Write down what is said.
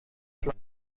klein